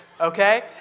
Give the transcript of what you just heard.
okay